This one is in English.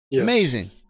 amazing